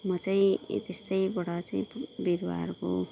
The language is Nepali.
म चाहिँ त्यस्तैबड चाहिँ बिरुवाहरूको